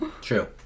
true